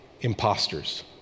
imposters